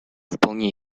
вполне